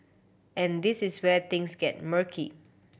and this is where things get murky